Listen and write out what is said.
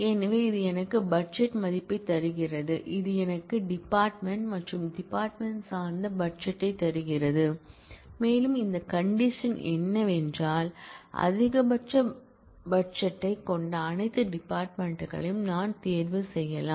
எனவே இது எனக்கு பட்ஜெட் மதிப்பைத் தருகிறது இது எனக்கு டிபார்ட்மென்ட் மற்றும் டிபார்ட்மென்ட் சார்ந்த பட்ஜெட்டைத் தருகிறது மேலும் இந்த கண்டிஷன் என்னவென்றால் அதிகபட்ச பட்ஜெட்டைக் கொண்ட அனைத்து டிபார்ட்மென்ட் களையும் நான் தேர்வு செய்யலாம்